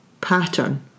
pattern